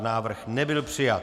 Návrh nebyl přijat.